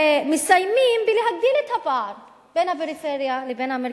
ומסיימים בהגדלת הפער בין הפריפריה לבין המרכז.